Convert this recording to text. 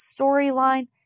storyline